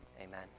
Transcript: amen